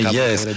yes